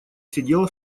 сидела